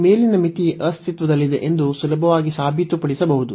ಈ ಮೇಲಿನ ಮಿತಿ ಅಸ್ತಿತ್ವದಲ್ಲಿದೆ ಎಂದು ಸುಲಭವಾಗಿ ಸಾಬೀತುಪಡಿಸಬಹುದು